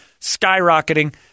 skyrocketing